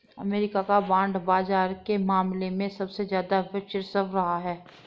अमरीका का बांड बाजार के मामले में सबसे ज्यादा वर्चस्व रहा है